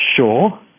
sure